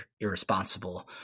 irresponsible